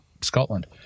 Scotland